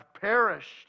perished